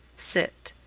sit,